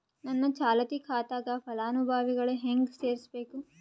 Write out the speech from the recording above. ನನ್ನ ಚಾಲತಿ ಖಾತಾಕ ಫಲಾನುಭವಿಗ ಹೆಂಗ್ ಸೇರಸಬೇಕು?